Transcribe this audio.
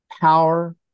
power